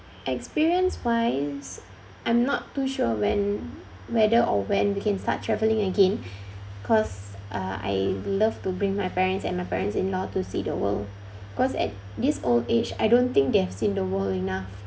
experience wise I'm not too sure when whether or when we can start traveling again because I love to bring my parents and my parents in law to see the world cause at this old age I don't think they have seen the world enough